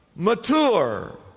Mature